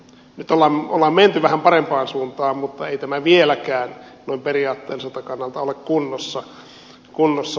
nyt on menty vähän parempaan suuntaan mutta ei tämä vieläkään noin periaatteelliselta kannalta ole kunnossa